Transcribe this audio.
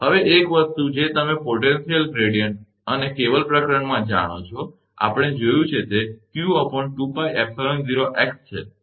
હવે એક વસ્તુ જે તમે પોટેન્શિયલ ગ્રેડીયંટ અને કેબલ પ્રકરણમાં જાણો છો આપણે જોયું છે કે તે 𝑞2𝜋𝜖0𝑥 છે બરાબર